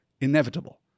inevitable